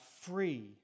free